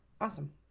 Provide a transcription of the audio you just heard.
Awesome